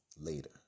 later